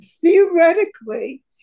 theoretically